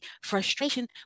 frustration